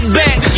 back